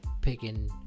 picking